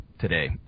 today